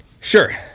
Sure